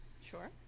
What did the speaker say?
Sure